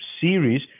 series